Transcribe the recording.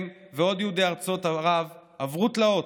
הם ועוד יהודי ארצות ערב עברו תלאות.